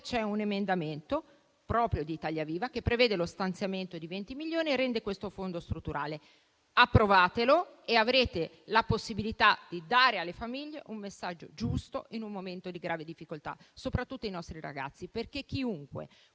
un emendamento proprio di Italia Viva che prevede lo stanziamento di 20 milioni e rende strutturale questo fondo. Approvatelo e avrete la possibilità di dare alle famiglie un messaggio giusto in un momento di grave difficoltà, soprattutto ai nostri ragazzi, perché chiunque